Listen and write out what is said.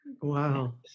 Wow